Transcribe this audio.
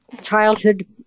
childhood